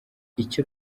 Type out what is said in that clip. icyo